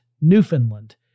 Newfoundland